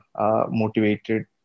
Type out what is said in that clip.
motivated